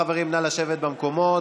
חברים, נא לשבת במקומות.